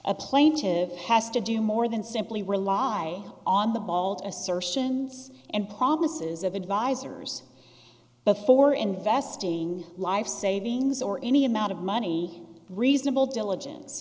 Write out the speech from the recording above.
plaintive has to do more than simply rely on the bald assertions and promises of advisors but for investing life savings or any amount of money reasonable diligence